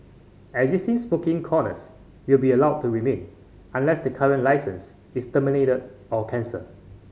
existing corners will be allowed to remain unless the current licence is terminated or cancelled